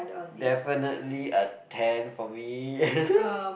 definitely a ten for me